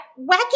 wacky